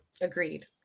Agreed